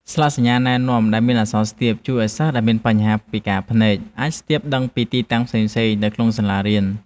ស្លាកសញ្ញាណែនាំដែលមានអក្សរស្ទាបជួយឱ្យសិស្សដែលមានបញ្ហាពិការភ្នែកអាចស្ទាបដឹងពីទីតាំងផ្សេងៗនៅក្នុងសាលារៀន។